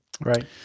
Right